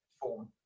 form